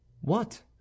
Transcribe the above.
What